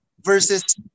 versus